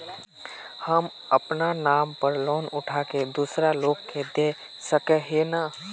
हम अपना नाम पर लोन उठा के दूसरा लोग के दा सके है ने